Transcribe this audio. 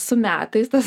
su metais tas